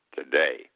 today